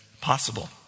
possible